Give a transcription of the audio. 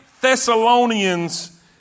Thessalonians